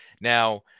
now